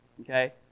okay